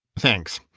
thanks!